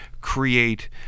create